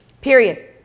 Period